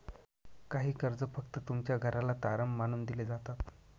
काही कर्ज फक्त तुमच्या घराला तारण मानून दिले जातात